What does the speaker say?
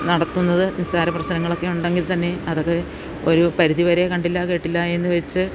നടത്തുന്നത് നിസ്സാര പ്രശ്നങ്ങളൊക്കെ ഉണ്ടെങ്കിൽ തന്നെ അതൊക്കെ ഒരു പരിധി വരെ കണ്ടില്ല കേട്ടില്ല എന്ന് വെച്ച്